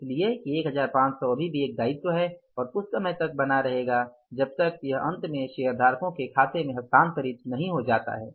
इसलिए कि 1500 अभी भी एक दायित्व है और उस समय तक रहेगा जब तक यह यह अंत में शेयरधारकों के खातों में हस्तांतरित नही हो जाता है